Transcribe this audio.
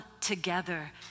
together